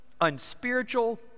unspiritual